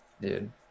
dude